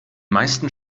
meisten